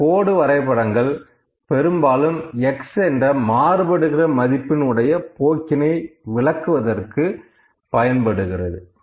இந்த கோடு வரைபடங்கள் பெரும்பாலும் X என்ற மாறுபடுகிற மதிப்பின் உடைய போக்கினை விளக்குவதற்கு பயன்படுகிறது